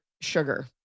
sugar